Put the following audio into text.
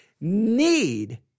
need